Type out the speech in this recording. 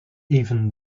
even